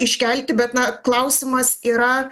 iškelti bet na klausimas yra